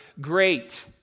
great